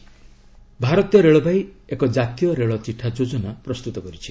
ରେଲଓଡ଼ ଭାରତୀୟ ରେଳବାଇ ଏକ ଜାତୀୟ ରେଳ ଚିଠା ଯୋଜନା ପ୍ରସ୍ତୁତ କରିଛି